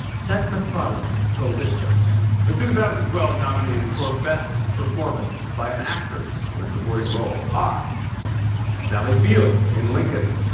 seth macfarlane told this joke the two thousand and twelve nominees for best performance by an actress in a supporting role are sally field in lincoln,